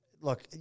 look